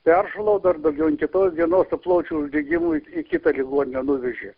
peršalau dar daugiau an kitos dienos su plaučių uždegimu į į kitą ligoninę nuvežė